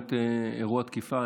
באמת אירוע תקיפה,